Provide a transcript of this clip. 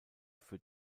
für